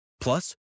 Plus